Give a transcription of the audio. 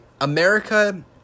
America